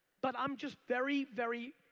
but i'm just very, very